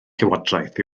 llywodraeth